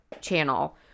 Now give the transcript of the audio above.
channel